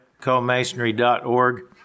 co-masonry.org